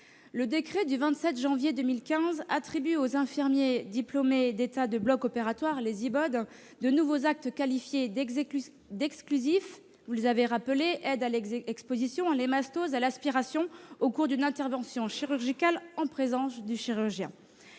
Le décret du 27 janvier 2015 attribue aux infirmiers de bloc opératoire diplômés d'État, les Ibode, de nouveaux actes qualifiés d'exclusifs, que vous avez rappelés : aide à l'exposition, à l'hémostase et à l'aspiration au cours d'une intervention chirurgicale en présence du chirurgien.